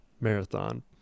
marathon